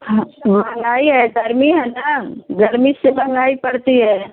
हाँ महँगाई है गर्मी है ना गर्मी से महँगाई पड़ती है